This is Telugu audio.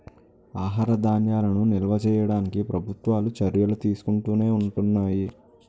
ఆహార ధాన్యాలను నిల్వ చేయడానికి ప్రభుత్వాలు చర్యలు తీసుకుంటునే ఉంటున్నాయి